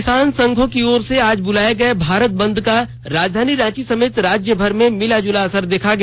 किसान संघों की ओर से आज बुलाये गये भारत बंद का राजधानी रांची समेत राज्यभर में मिलाजुला असर देखा गया